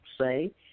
say